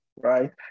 right